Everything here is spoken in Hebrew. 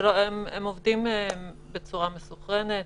הם עובדים בצורה מסונכרנת,